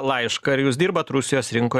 laišką ar jūs dirbat rusijos rinkoj